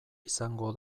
izango